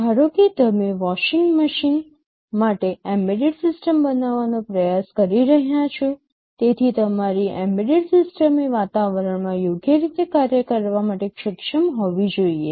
ધારો કે તમે વોશિંગ મશીન માટે એમ્બેડેડ સિસ્ટમ બનાવવાનો પ્રયાસ કરી રહ્યાં છો તેથી તમારી એમ્બેડેડ સિસ્ટમ એ વાતાવરણમાં યોગ્ય રીતે કાર્ય કરવા માટે સક્ષમ હોવી જોઈએ